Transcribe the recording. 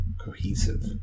cohesive